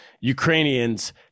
Ukrainians